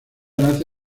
nace